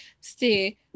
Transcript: stay